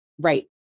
Right